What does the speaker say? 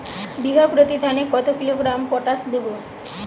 বিঘাপ্রতি ধানে কত কিলোগ্রাম পটাশ দেবো?